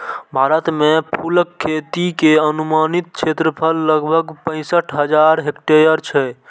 भारत मे फूलक खेती के अनुमानित क्षेत्रफल लगभग पैंसठ हजार हेक्टेयर छै